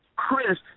Chris